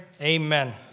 Amen